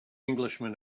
englishman